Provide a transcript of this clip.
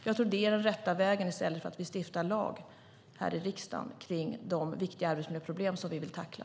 Jag tror att det är den rätta vägen i stället för att stifta lag här i riksdagen om de viktiga arbetsmiljöproblem som vi vill tackla.